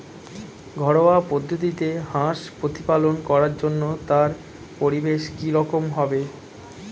ঘরোয়া পদ্ধতিতে হাঁস প্রতিপালন করার জন্য তার পরিবেশ কী রকম হবে?